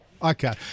Okay